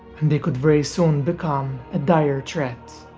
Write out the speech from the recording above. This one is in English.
and they could very soon become a dire threat.